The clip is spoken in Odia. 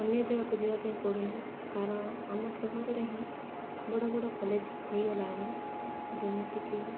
ଅନ୍ୟ ଜାଗାକୁ ଯିବାପାଇଁ ପଡ଼ୁନି କାରଣ ଆମ ସହରରେ ହିଁ ବଡ଼ ବଡ଼ କଲେଜ ହେଇଗଲାଣି ଯେମିତିକି